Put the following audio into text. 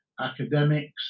academics